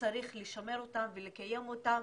וצריך לשמר אותם ולקיים אותם